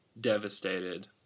devastated